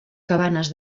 cabanes